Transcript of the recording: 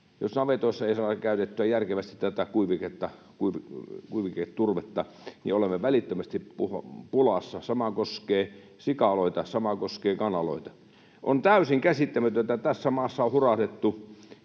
jos navetoissa ei saada käytettyä järkevästi kuiviketurvetta, niin olemme välittömästi pulassa. Sama koskee sikaloita, sama koskee kanaloita. On täysin käsittämätöntä, että tässä maassa on hurahdettu